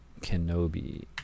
kenobi